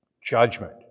Judgment